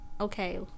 okay